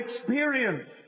experience